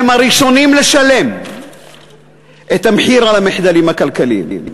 הראשונים לשלם את המחיר על המחדלים הכלכליים.